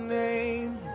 name